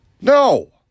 No